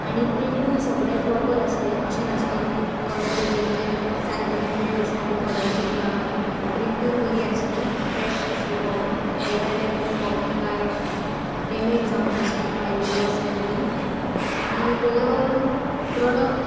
आनी प्रिंटूय सगळें प्रोपर आसलें अशें नासलें की थोड्या पेजींचेर सारकें प्रिंटेड आसलें आनी थोड्याचेर ना प्रिंटूय बरी आसलीं फ्रेश आसली कोपी कळटाले की कोपी कांय डेमेज जावना आसली while it was travelling overall ओवरओल प्रोडक्ट